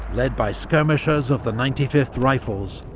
led by skirmishers of the ninety fifth rifles,